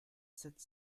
sept